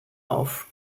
auf